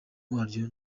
wabyo